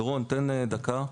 דורון, תן דקה.